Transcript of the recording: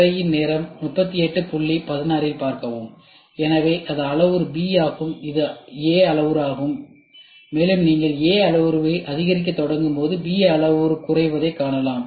திரையின் நேரம்3816 இல் பார்க்கவும் எனவே இது அளவுரு B ஆகும் இது A அளவுருவாகும் மேலும் நீங்கள் A அளவுருவை அதிகரிக்கத் தொடங்கும் போது B அளவுரு குறைவதை காணலாம்